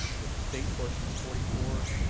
that the state portio is forty four,